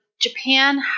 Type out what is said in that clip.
Japan